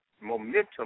momentum